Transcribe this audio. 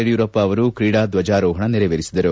ಯಡಿಯೂರಪ್ಪ ಅವರು ಕ್ರೀಡಾ ಧ್ವಜಾರೋಹಣ ನೆರವೇರಿಸಿದರು